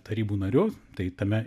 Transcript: tarybų narius tai tame